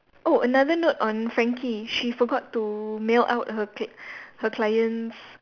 oh another note on Frankie she forgot to mail out her cl~ her clients